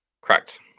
Correct